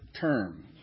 term